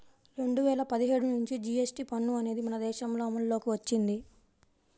రెండు వేల పదిహేడు నుంచి జీఎస్టీ పన్ను అనేది మన దేశంలో అమల్లోకి వచ్చింది